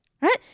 right